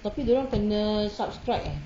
tapi dia orang kena subscribe eh